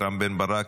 רם בן ברק,